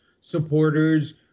supporters